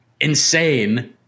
insane